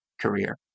career